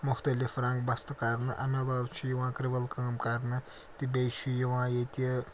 مُختٔلِف رنٛگ بَستہٕ کَرنہٕ اَمہِ علاوٕ چھِ یِوان کِرٛوَل کٲم کَرنہٕ تہٕ بیٚیہِ چھُ یِوان ییٚتہِ